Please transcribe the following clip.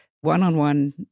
one-on-one